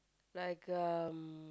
like um